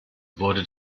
wurde